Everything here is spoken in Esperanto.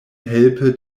helpe